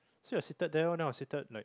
so we are seated there lor then I was seated like